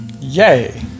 Yay